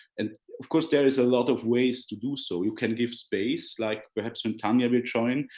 and of course there is a lot of ways to do so. you can give space, like perhaps when tania will join,